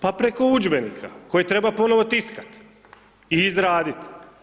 Pa preko udžbenika koje treba ponovno tiskati i izraditi.